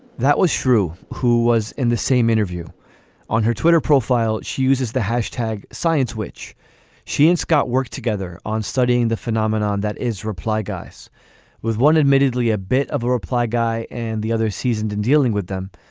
that was shrew who was in the same interview on her twitter profile. she uses the hashtag science which she and scott worked together on studying the phenomenon that is reply guys with one admittedly a bit of a reply guy and the other seasoned in dealing with them.